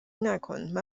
نکن